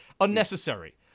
unnecessary